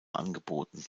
angeboten